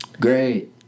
Great